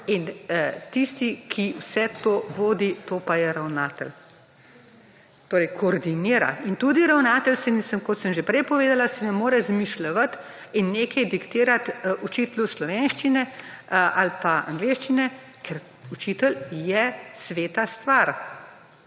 in tisti, ki vse to vodi to pa je ravnatelj. Torej, koordinira. Tudi ravnatelj kot sem že prej povedala si ne more izmišljevati in nekaj diktirati učitelju slovenščine ali pa angleščine, ker učitelj je sveta stvar,